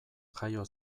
jaio